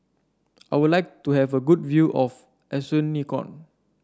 I would like to have a good view of Asuncion